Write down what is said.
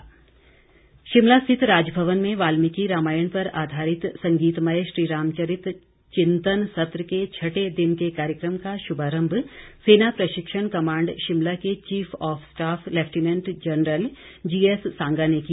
राज्यपाल शिमला स्थित राजभवन में वाल्मिकी रामायण पर आधारित संगीतमय श्री रामचरित चिंतन सत्र के छठे दिन के कार्यक्रम का शुभारंभ सेना प्रशिक्षण कमांड शिमला के chief of staff lieutenant general GS Sanga ने किया